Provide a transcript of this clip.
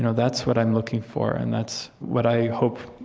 you know that's what i'm looking for, and that's what i hope,